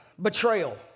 Betrayal